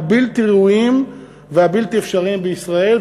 הבלתי ראויים והבלתי אפשריים בישראל,